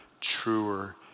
truer